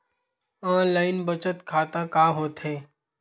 Online बचत खाता का होथे?